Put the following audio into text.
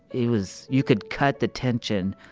it was, you could cut the tension,